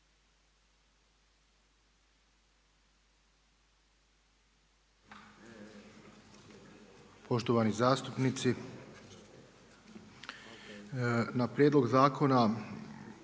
Poštovani zastupnici, na Prijedlog zakona